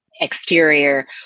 exterior